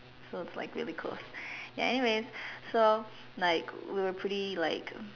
so it's like really close ya anyways so like we were pretty like